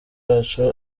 wacu